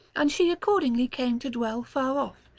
and she accordingly came to dwell far off,